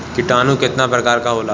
किटानु केतना प्रकार के होला?